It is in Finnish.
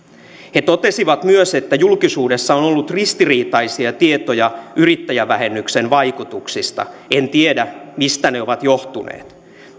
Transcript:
he totesivat myös että julkisuudessa on ollut ristiriitaisia tietoja yrittäjävähennyksen vaikutuksista en tiedä mistä ne ovat johtuneet